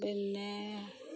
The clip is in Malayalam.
പിന്നെ